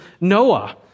Noah